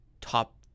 top